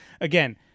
again